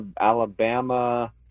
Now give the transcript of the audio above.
Alabama